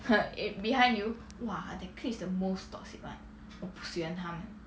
!huh! eh behind you !wah! that clique is the most toxic [one] 我不喜欢她们